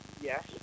Yes